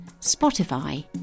Spotify